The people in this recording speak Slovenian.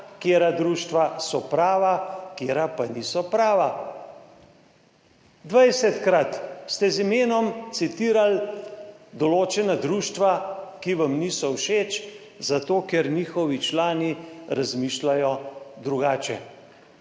katera društva so prava, katera pa niso prava, 20-krat ste z imenom citirali določena društva, ki vam niso všeč, zato ker njihovi člani razmišljajo drugače.